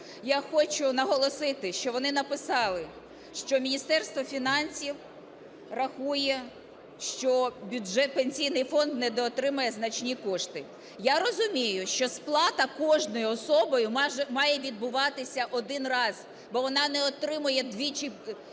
я хочу наголосити, що вони написали, що Міністерство фінансів рахує, що бюджет… Пенсійний фонд недоотримає значні кошти. Я розумію, що сплата кожною особою має відбуватися один раз, бо вона не отримує двічі…